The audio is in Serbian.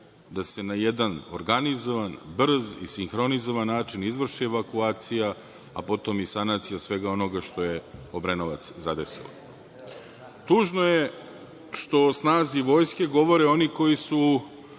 da se na jedan organizovan, brz i sinhronizovan način izvrši evakuacija, a potom i sanacija svega onoga što je Obrenovac zadesilo. Tužno je što o snazi Vojske govore oni koji su